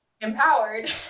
empowered